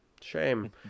Shame